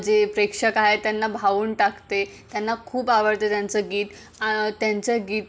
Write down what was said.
जे प्रेक्षक आहेत त्यांना भावून टाकते त्यांना खूप आवडते त्यांचं गीत त्यांचं गीत